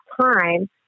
time